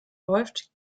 läuft